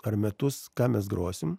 ar metus ką mes grosim